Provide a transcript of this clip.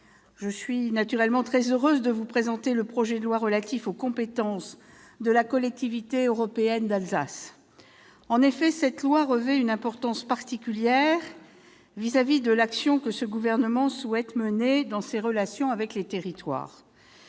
je suis naturellement très heureuse de vous présenter le projet de loi relatif aux compétences de la Collectivité européenne d'Alsace. En effet, ce texte revêt une importance particulière par rapport à l'action que ce gouvernement souhaite mener dans ses relations avec les territoires.